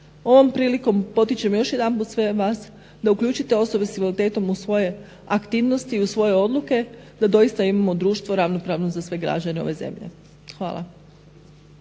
Ovom prilikom potičem još jedanput sve vas da uključite osobe s invaliditetom u svoje aktivnosti, u svoj odluke da doista imamo društvo ravnopravno za sve građane ove zemlje. Hvala.